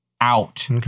out